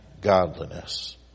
godliness